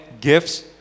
gifts